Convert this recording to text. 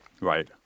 Right